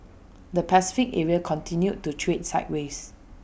the Pacific area continued to trade sideways